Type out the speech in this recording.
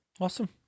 Awesome